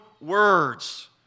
words